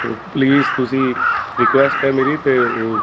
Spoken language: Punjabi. ਤੋ ਪਲੀਜ਼ ਤੁਸੀਂ ਰਿਕੁਐਸਟ ਹੈ ਮੇਰੀ ਅਤੇ ਉਹ